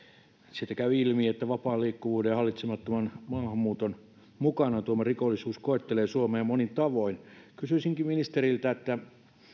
siitä käy ilmi että vapaan liikkuvuuden ja hallitsemattoman maahanmuuton mukanaan tuoma rikollisuus koettelee suomea monin tavoin kysyisinkin ministeriltä